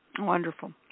Wonderful